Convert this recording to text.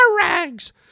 rags